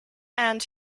and